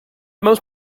most